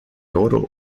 oro